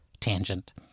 tangent